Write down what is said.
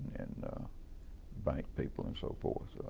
and bank people, and so forth.